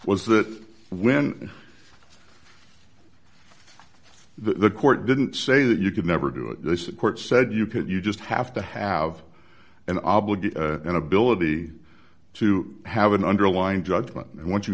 was that when the court didn't say that you could never do it this court said you could you just have to have an obligation and ability to have an underlying judgment and once you